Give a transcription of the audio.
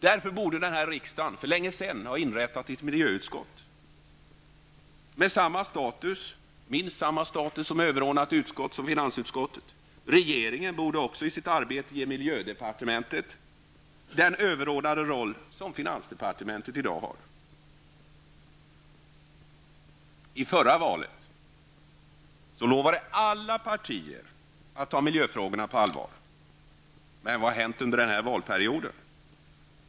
Därför borde riksdagen för länge sedan ha inrättat ett miljöutskott med minst samma status som överordnat utskott som finansutskottet. Regeringen borde också i sitt arbete ge miljödepartementet den överordnade roll som finansdepartementet i dag har. I förra valet lovade alla partier att ta miljöfrågorna på allvar. Vad har hänt under denna valperiod?